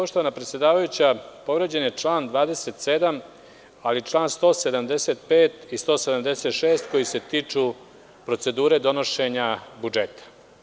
Poštovana predsedavajuća, povređen je član 27, ali i čl. 175. i 176. koji se tiču procedure donošenja budžeta.